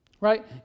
right